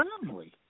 family